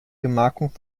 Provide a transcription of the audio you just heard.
gemarkung